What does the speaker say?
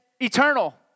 eternal